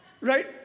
right